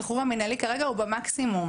השחרור המנהלי כרגע הוא במקסימום,